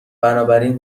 بنابراین